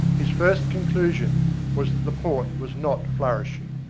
his first conclusion was that the port was not flourishing.